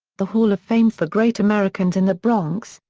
the hall of fame for great americans in the bronx,